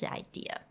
idea